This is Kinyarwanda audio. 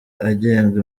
agenga